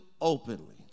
openly